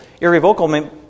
Irrevocable